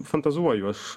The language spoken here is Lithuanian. fantazuoju aš